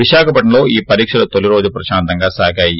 విశాఖపట్నంలో ఈ పరీక్షలు తొలి రోజు ప్రశాంతంగా సాగాయి